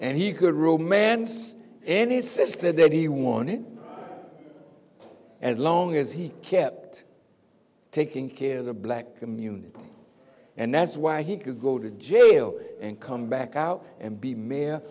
and he could romance any sister that he wanted as long as he kept taking care of the black community and that's why he could go to jail and come back out and be ma